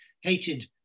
hated